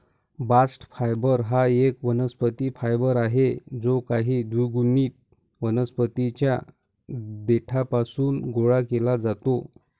bast fibre हा एक वनस्पती फायबर आहे जो काही द्विगुणित वनस्पतीं च्या देठापासून गोळा केला जातो